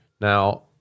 Now